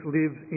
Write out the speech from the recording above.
lives